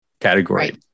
category